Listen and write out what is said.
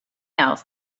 else